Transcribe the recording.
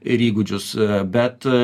ir įgūdžius bet